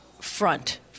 front